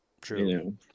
True